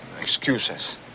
excuses